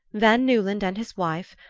van newland and his wife.